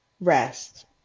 rest